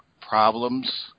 problems